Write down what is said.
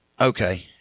Okay